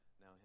Now